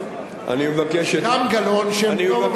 גם גלאון שם טוב,